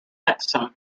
hexham